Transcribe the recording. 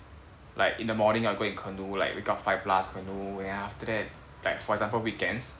like in the morning I'll go and canoe like wake up five plus canoe then after that like for example weekends